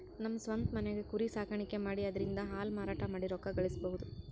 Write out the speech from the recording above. ನಮ್ ಸ್ವಂತ್ ಮನ್ಯಾಗೆ ಕುರಿ ಸಾಕಾಣಿಕೆ ಮಾಡಿ ಅದ್ರಿಂದಾ ಹಾಲ್ ಮಾರಾಟ ಮಾಡಿ ರೊಕ್ಕ ಗಳಸಬಹುದ್